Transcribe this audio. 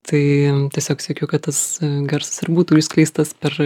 tai tiesiog siekiu kad tas garsas ir būtų išskleistas per